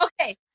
Okay